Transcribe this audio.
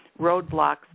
roadblocks